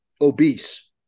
obese